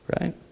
right